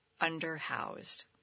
under-housed